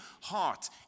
heart